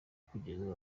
kugeza